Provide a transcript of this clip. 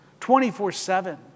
24-7